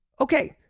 okay